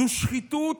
זו שחיתות,